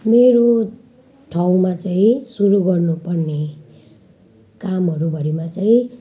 मेरो ठाउँमा चाहिँ सुरु गर्नुपर्ने कामहरूभरिमा चाहिँ